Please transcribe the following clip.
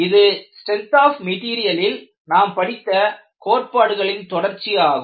இது strength of மெட்டீரியலில் நாம் படித்த கோட்பாடுகளின் தொடர்ச்சியாகும்